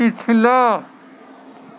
پچھلا